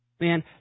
Man